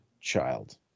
child